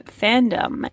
fandom